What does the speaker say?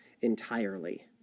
entirely